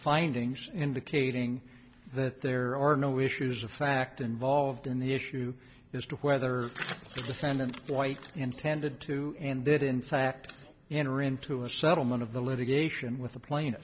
findings indicating that there are no issues of fact involved in the issue as to whether the defendant white intended to and did in fact enter into a settlement of the litigation with the pla